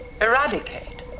Eradicate